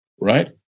right